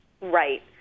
Right